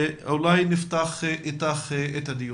אולי נפתח איתך את הדיון.